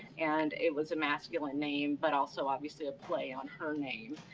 and it was a masculine name, but also obviously a play on her name.